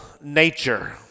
nature